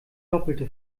doppelte